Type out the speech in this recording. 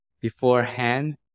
beforehand